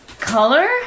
Color